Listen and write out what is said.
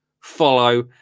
follow